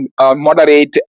moderate